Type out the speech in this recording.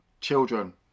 children